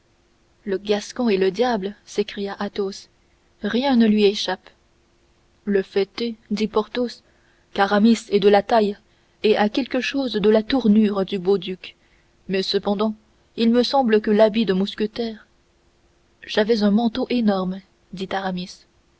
le gascon est le diable s'écria athos rien ne lui échappe le fait est dit porthos qu'aramis est de la taille et a quelque chose de la tournure du beau duc mais cependant il me semble que l'habit de mousquetaire j'avais un manteau énorme dit aramis